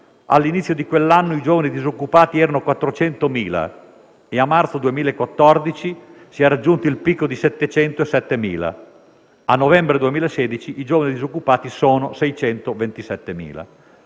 all'inizio di quell'anno i giovani disoccupati erano 400.000 e a marzo 2014 si era raggiunto il picco di 707.000. A novembre 2016 i giovani disoccupati sono 627.000.